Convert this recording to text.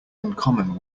uncommon